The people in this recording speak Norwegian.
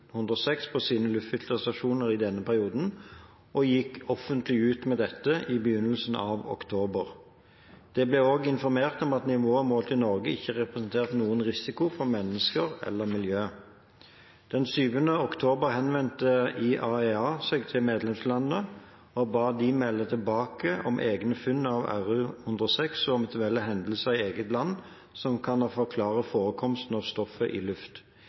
på sine luftfilterstasjoner i denne perioden og gikk offentlig ut med dette i begynnelsen av oktober. Det ble også informert om at nivåene målt i Norge ikke representerte noen risiko for mennesker eller miljø. Den 7. oktober henvendte IAEA seg til medlemslandene og ba dem melde tilbake om egne funn av Ru-106 og om eventuelle hendelser i eget land som kan forklare forekomsten av stoffet i luft.